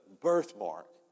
birthmark